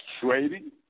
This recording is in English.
trading